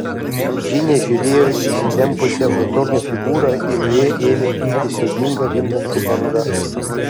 džinė žiūrėjo į įsitempusią hotorno figūrą ir joje ėmė kilti siaubinga vimdanti banga